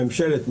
אם כן,